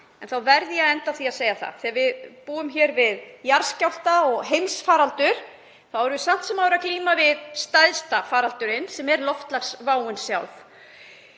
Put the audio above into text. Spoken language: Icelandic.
En ég verð að enda á því að segja að þegar við búum hér við jarðskjálfta og heimsfaraldur þá erum við samt sem áður að glíma við stærsta faraldurinn, sem er loftslagsváin sjálf.